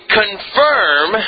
confirm